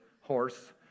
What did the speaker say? horse